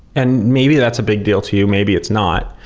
and maybe that's a big deal to you. maybe it's not,